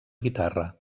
guitarra